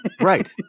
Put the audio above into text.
Right